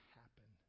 happen